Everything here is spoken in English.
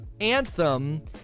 Anthem